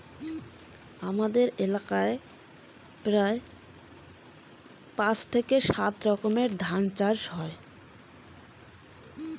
হামার এলাকায় কতো রকমের ধান চাষ করা যাবে?